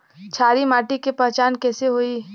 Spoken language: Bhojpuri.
क्षारीय माटी के पहचान कैसे होई?